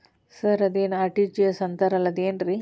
Sir ಅದೇನು RTGS ಅಂತಾರಲಾ ಅದು ಏನ್ರಿ?